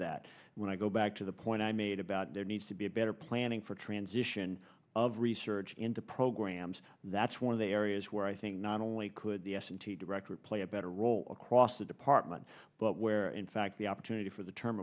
that when i go back to the point i made about there needs to be a better planning for transition of research into programs that's one of the areas where i think not only could the s and t director play a better role across the department but where in fact the opportunity for the term